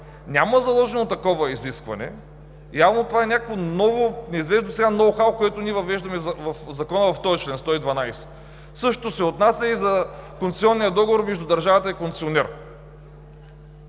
няма заложено такова изискване, явно това е някакво ново, неизвестно досега ноу-хау, което въвеждаме в Закона – в чл. 112. Същото се отнася и за концесионния договор между държавата и концесионера.